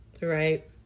Right